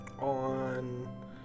on